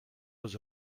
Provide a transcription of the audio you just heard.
aux